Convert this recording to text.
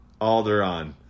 alderon